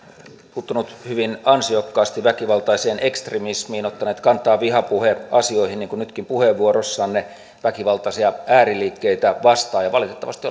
puuttunut hyvin ansiokkaasti väkivaltaiseen ekstremismiin ottanut kantaa vihapuheasioihin niin kuin nytkin puheenvuorossanne väkivaltaisia ääriliikkeitä vastaan valitettavasti